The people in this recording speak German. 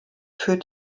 führt